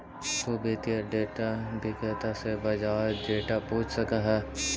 तु वित्तीय डेटा विक्रेता से बाजार डेटा पूछ सकऽ हऽ